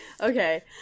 okay